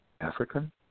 African